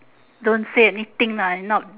don't say anything ah if not